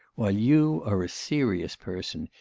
while you are a serious person,